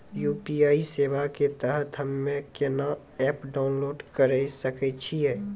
UPI सेवा के तहत हम्मे केना एप्प डाउनलोड करे सकय छियै?